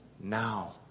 now